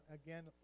again